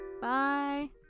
bye